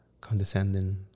condescending